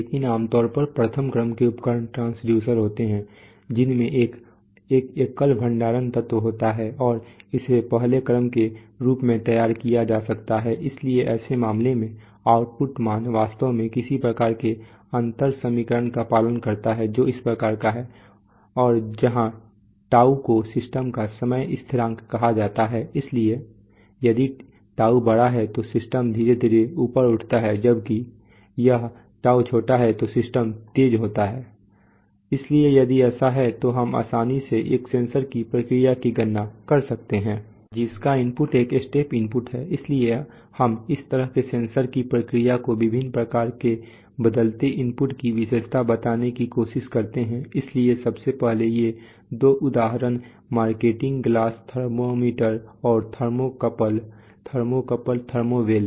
लेकिन आमतौर पर प्रथम क्रम के उपकरण ट्रांसड्यूसर होते हैं जिनमें एक एकल भंडारण तत्व होता है और इसे पहले क्रम के रूप में तैयार किया जा सकता है इसलिए ऐसे मामलों में आउटपुट मान वास्तव में किसी प्रकार के अंतर समीकरण का पालन करता है जो इस प्रकार का है और जहां τ को सिस्टम का समय स्थिरांक कहा जाता है इसलिए यदि τ बड़ा है तो सिस्टम धीरे धीरे ऊपर उठता है जबकि यह τ छोटा है तो सिस्टम तेज होता है इसलिए यदि ऐसा है तो हम आसानी से एक सेंसर की प्रतिक्रिया की गणना कर सकते हैं जिसका इनपुट एक स्टेप इनपुट है इसलिए हम इस तरह के सेंसर की प्रतिक्रिया को विभिन्न प्रकार के बदलते इनपुट की विशेषता बताने की कोशिश करते हैं इसलिए सबसे पहले ये दो उदाहरण हैं मार्केटिंग ग्लास थर्मामीटर और थर्मोकपल थर्मोवेल